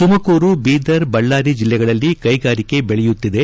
ತುಮಕೂರು ಬೀದರ್ ಬಳ್ಳಾರಿ ಜಿಲ್ಲೆಯಲ್ಲಿ ಕೈಗಾರಿಕೆ ಬೆಳೆಯುತ್ತಿದೆ